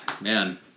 man